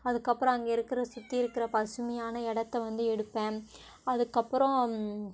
அதுக்கப்பறம் அங்கே இருக்கிற சுற்றி இருக்கிற பசுமையான இடத்த வந்து எடுப்பேன் அதுக்கப்பறம்